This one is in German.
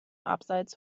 abseits